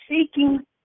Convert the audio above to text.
seeking